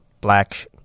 black